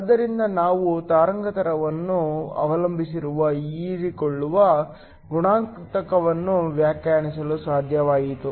ಆದ್ದರಿಂದ ನಾವು ತರಂಗಾಂತರವನ್ನು ಅವಲಂಬಿಸಿರುವ ಹೀರಿಕೊಳ್ಳುವ ಗುಣಾಂಕವನ್ನು ವ್ಯಾಖ್ಯಾನಿಸಲು ಸಾಧ್ಯವಾಯಿತು